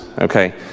Okay